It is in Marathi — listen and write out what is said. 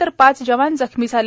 तर पाच जवान जखमी झाले